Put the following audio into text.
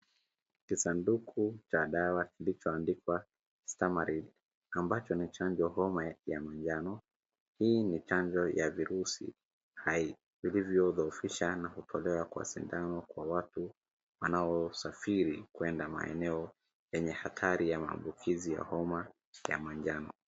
Kisanduku cha dawa kilichoandikwa Stamaril , ambacho ni chanjo homa ya manjano. Hii ni chanjo ya virusi hai vilivyodhoofisha na kutolewa kwa sindano kwa watu wanaosafiri kwenda maeneo yenye hatari ya maambukizi ya homa ya manjano.